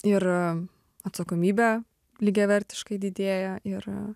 ir atsakomybė lygiavertiškai didėja ir